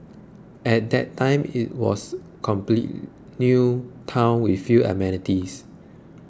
at that time it was complete new town with few amenities